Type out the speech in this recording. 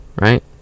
right